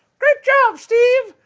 great job, steve!